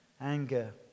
anger